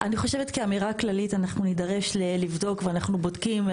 אני חושב כאמירה כללית אנחנו נידרש לבדוק ואנחנו בודקים.